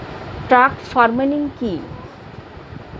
Truck farming কি?